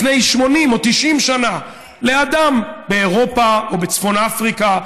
לפני 80 או 90 שנה לאדם באירופה או בצפון אפריקה,